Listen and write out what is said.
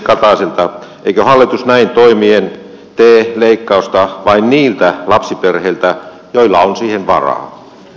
eikö hallitus näin toimien tee leikkaukset vain niiltä lapsiperheiltä joilla on siihen varaa